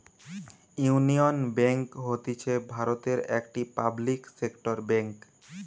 union bank হতিছে ভারতের একটি পাবলিক সেক্টর বেঙ্ক